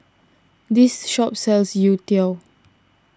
this shop sells Youtiao